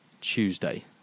tuesday